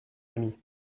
amie